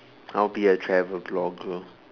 I'll be a travel blogger